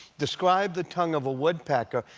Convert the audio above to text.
describe the tongue of a woodpecker,